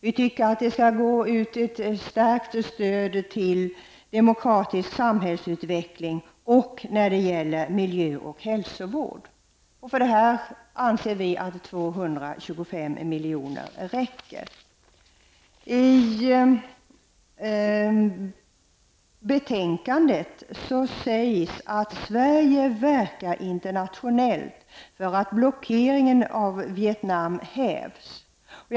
Vi tycker också att ett förstärkt stöd skall utgå till demokratisk samhällsutveckling och till insatser i fråga om miljöoch hälsovården. Vi anser att 225 milj.kr. räcker i det sammanhanget. I betänkandet sägs det att Sverige verkar internationellt för att blockeringen av Vietnam skall hävas.